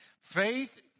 Faith